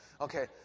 Okay